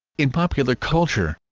in popular culture